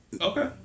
Okay